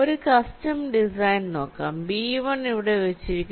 ഒരു custom design നോക്കാം B1 ഇവിടെ വച്ചിരിക്കുന്നു